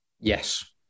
Yes